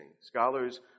Scholars